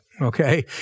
okay